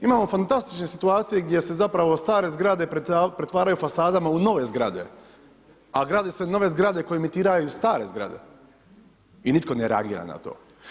Imamo fantastične situacije gdje se zapravo stare zgrade pretvaraju fasadama u nove zgrade, a grade se nove zgrade koje emitiraju stare zgrade i nitko ne reagira na to.